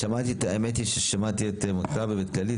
האמת היא ששמעתי את מכבי ואת כללית.